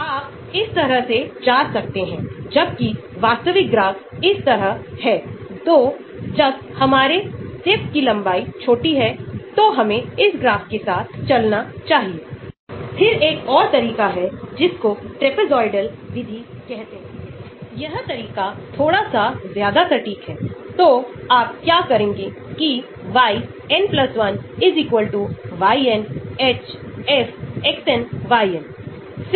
जब आपके पास पैरा प्रतिस्थापन ई वापसी है इंडक्टिव रेजोनेंस प्रभाव क्योंकि जब हमारे पास पैरा प्रतिस्थापन है तो हमारे पास एक प्रतिध्वनि है जो नाइट्रोजन में हो रही है जैसा कि आप देख सकते हैं और बेंजीन में डबल बॉन्ड इस तरह से चलते रहते हैं इसे रेजोनेंस प्रभाव कहते हैं